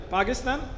Pakistan